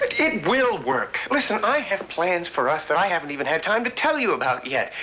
it it will work. listen, i have plans for us that i haven't even had time to tell you about yet.